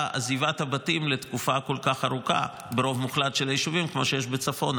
עזיבת בתים לתקופה כל כך ארוכה כמו שיש בצפון.